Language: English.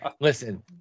listen